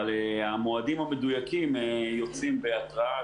אבל המועדים המדויקים יוצאים בהתרעה